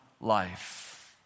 life